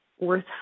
worth